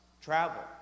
travel